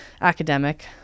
academic